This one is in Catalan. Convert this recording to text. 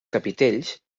capitells